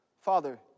Father